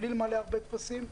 בלי למלא הרבה טפסים,